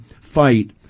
fight